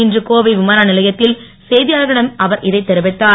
இன்று கோவை விமான நிலையத்தில் செய்தியாளர்களிடம் அவர் இதைத் தெரிவித்தார்